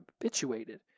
habituated